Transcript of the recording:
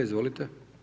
Izvolite.